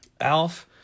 Alf